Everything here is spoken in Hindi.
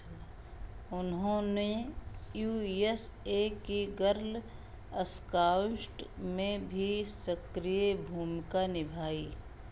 उन्होंने यू एस ए की गर्ल अस्काउस्ट में भी सक्रिय भूमिका निभाई